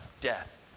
Death